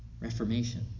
reformation